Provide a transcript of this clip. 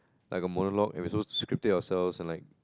like a monologue and we supposed to script it ourselves and like